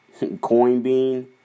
Coinbean